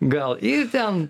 gal ir ten